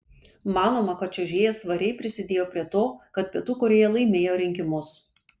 manoma kad čiuožėja svariai prisidėjo prie to kad pietų korėja laimėjo rinkimus